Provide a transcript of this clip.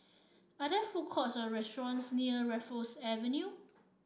are there food courts or restaurants near Raffles Avenue